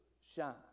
shine